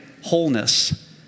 wholeness